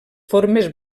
formes